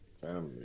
family